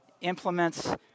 implements